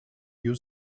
you